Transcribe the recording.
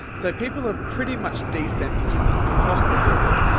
so people are pretty much desensitised across the board,